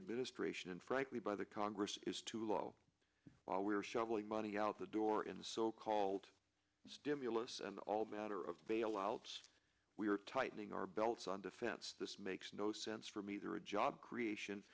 administration and frankly by the congress is too low while we are shoveling money out the door in the so called stimulus and all manner of bailouts we are tightening our belts on defense this makes no sense from either a job creation